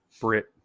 Brit